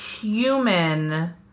human